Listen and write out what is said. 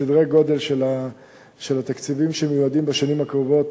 סדרי הגודל של התקציבים שמיועדים בשנים הקרובות